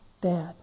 bad